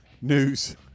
news